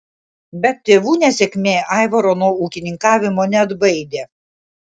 bet tėvų nesėkmė aivaro nuo ūkininkavimo neatbaidė